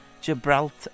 Gibraltar